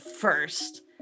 first